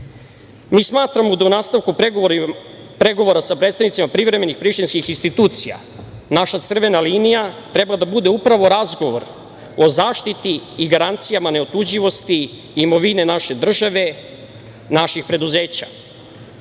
smatramo da u nastavku pregovora sa predstavnicima privremenih prištinskih institucija naša crvena linija treba da bude upravo razgovor o zaštiti i garancijama neotuđivosti imovine naše države, naših preduzeća,